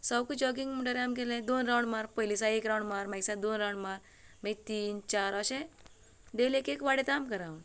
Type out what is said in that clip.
सवकां jogging म्हणटरी आमी कितें केले दोन रावंड मार पयली दिसाक एक रावंड मार मागीर दिसाक दोन रावंड मार मागीर तीन चार अशें डेली एक एक वाडयतालो आमकां रावंड